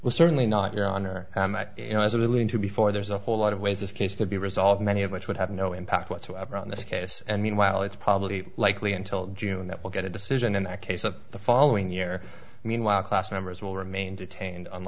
will certainly not your honor you know as a willing to before there's a whole lot of ways this case could be resolved many of which would have no impact whatsoever on this case and meanwhile it's probably likely until june that we'll get a decision in that case of the following year meanwhile class members will remain detained